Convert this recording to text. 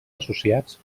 associats